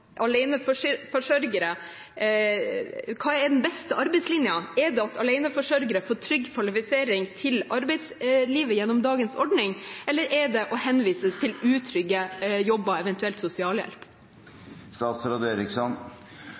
får trygg kvalifisering for arbeidslivet gjennom dagens ordning, eller er det å henvises til utrygge jobber, eventuelt sosialhjelp?